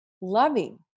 loving